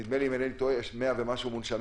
נדמה לי אם אינני טועה, יש 100 ומשהו מונשמים,